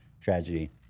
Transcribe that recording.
tragedy